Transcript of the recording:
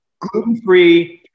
gluten-free